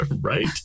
Right